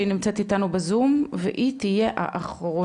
שהיא נמצאת אתנו בזום והיא תהיה האחרונה,